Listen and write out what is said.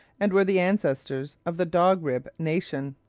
and were the ancestors of the dog-rib nation.